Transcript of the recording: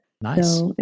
Nice